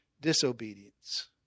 disobedience